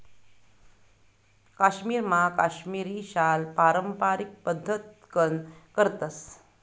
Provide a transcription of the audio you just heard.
काश्मीरमा काश्मिरी शाल पारम्पारिक पद्धतकन करतस